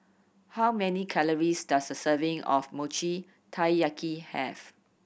how many calories does a serving of Mochi Taiyaki have